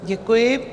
Děkuji.